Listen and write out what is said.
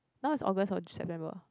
now is August or September